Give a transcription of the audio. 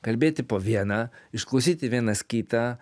kalbėti po vieną išklausyti vienas kitą